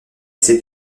ses